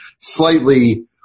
slightly